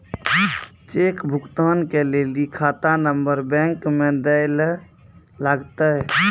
cheque भुगतान के लेली खाता नंबर बैंक मे दैल लागतै